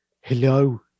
Hello